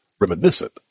reminiscent